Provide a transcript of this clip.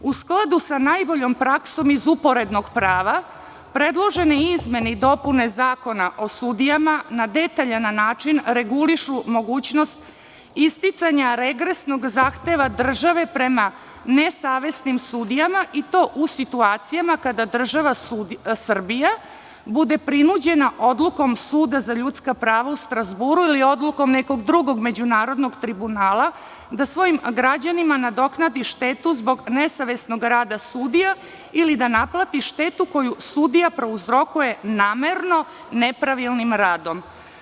U skladu sa najboljom praksom iz uporednog prava, predložene izmene i dopune Zakona o sudijama na detaljan način regulišu mogućnost isticanja regresnog zahteva države prema nesavesnim sudijama, i to u situacijama kada država Srbija bude prinuđena odlukom Suda za ljudska prava u Strazburu ili odlukom nekog drugog međunarodnog tribunala da svojim građanima nadoknadi štetu zbog nesavesnog rada sudija ili da naplati štetu koju sudija prouzrokuje namerno nepravilnim radom.